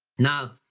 now,